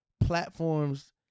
platforms